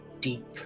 deep